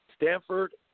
Stanford